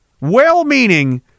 well-meaning